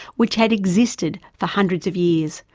which had existed for hundreds of years,